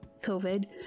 COVID